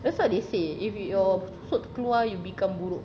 that's what they say if your your susuk keluar you become buruk